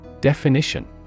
Definition